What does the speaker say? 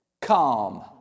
Calm